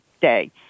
day